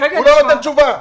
הוא לא נותן תשובה.